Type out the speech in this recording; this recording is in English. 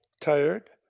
Tired